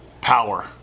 power